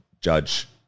judge